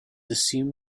assumed